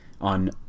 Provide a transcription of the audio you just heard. on